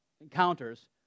encounters